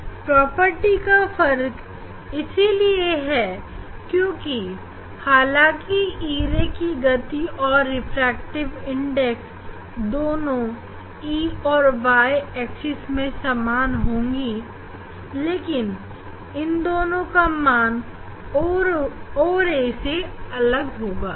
यहां प्रॉपर्टी का फर्क इसीलिए है क्योंकि हालांकि e ray की गति और रिफ्रैक्टिव इंडेक्स दोनों x और y एक्सिस में समान होगी लेकिन इन दोनों का मान o ray की गति और रिफ्रैक्टिव इंडेक्स से अलग होगा